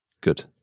Good